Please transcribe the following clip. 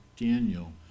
Daniel